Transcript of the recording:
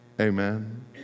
Amen